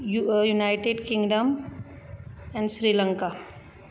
you United Kingdom एन स्रिलंका